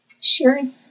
sharing